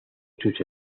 sus